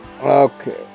Okay